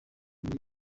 muri